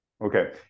Okay